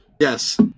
Yes